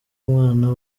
umwana